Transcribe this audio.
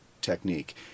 technique